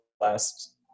last